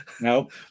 nope